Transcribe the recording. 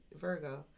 Virgo